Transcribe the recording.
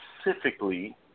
specifically